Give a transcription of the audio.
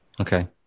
Okay